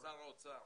שר האוצר,